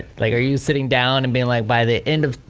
like are you sitting down and being like, by the end of,